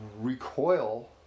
recoil